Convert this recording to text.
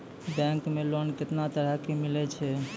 Bank मे loan कैतना तरह के मिलै छै?